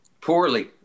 poorly